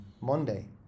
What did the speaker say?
Monday